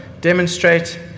demonstrate